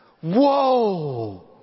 Whoa